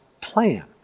plan